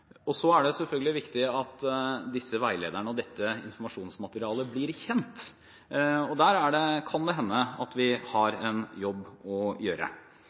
er også selvfølgelig viktig at disse veilederne og dette informasjonsmaterialet blir kjent. Der kan det hende at vi har en jobb å gjøre.